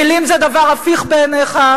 מלים זה דבר הפיך בעיניך,